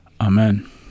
Amen